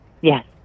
Yes